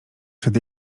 przed